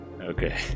Okay